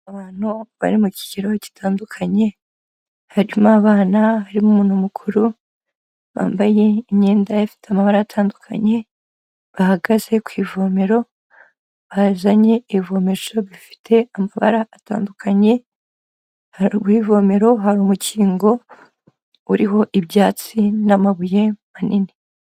Abantu bari mu kigero gitandukanye, harimo abana, harimo umuntu mukuru, bambaye imyenda ifite amabara atandukanye, bahagaze ku ivomero, bazanye ibivomesho bifite amabara atandukanye, haruguru y'ivomero hari umukingo uriho ibyatsi n'amabuye manini.